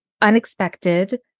unexpected